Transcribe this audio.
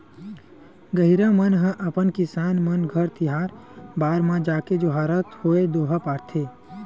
गहिरा मन ह अपन किसान मन घर तिहार बार म जाके जोहारत होय दोहा पारथे